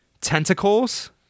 tentacles